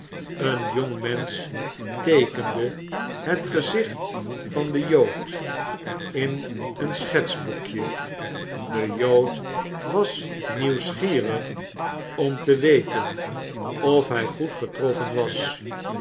een jongmensch teekende het gezicht van den jood in een schetsboekje de jood was nieuwsgierig om te weten of hij goed getroffen was